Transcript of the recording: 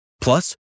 Plus